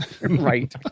Right